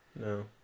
No